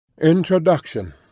Introduction